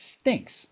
stinks